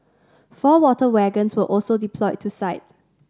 four water wagons were also deployed to site